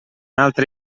altre